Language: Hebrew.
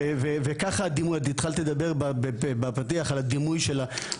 וככה הדימוי ההתחלת לדבר בפתיח על הדימוי שלה,